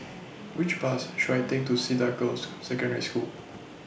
Which Bus should I Take to Cedar Girls' Secondary School